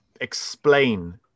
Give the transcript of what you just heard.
explain